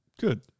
Good